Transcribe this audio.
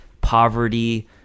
poverty